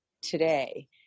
today